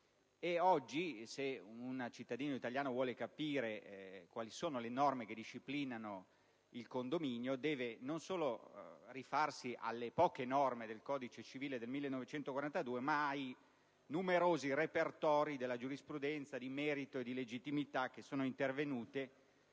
oggi se un cittadino italiano vuole capire quali sono le norme che disciplinano il condominio deve non solo rifarsi alle poche norme del codice civile del 1942, ma ai numerosi repertori della giurisprudenza di merito e di legittimità, alle numerose